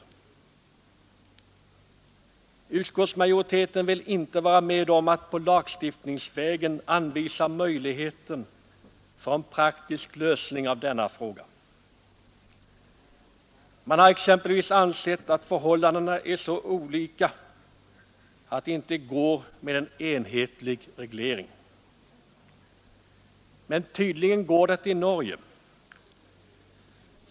Utskottsmajoriteten har inte velat vara med om att lagstiftningsvägen anvisa möjligheter för en praktisk lösning av denna fråga. Utskottet har bl.a. ansett att förhållandena är så olika att det inte går att åstadkomma enhetliga regler. Men det går tydligen i Norge.